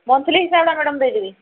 monthly ହିସାବ୍ଟା madam ଦେଇଦେବି